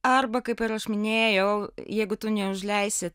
arba kaip ir aš minėjau jeigu tu neužleisi